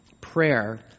prayer